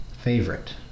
Favorite